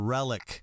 Relic